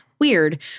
Weird